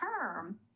term